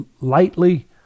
lightly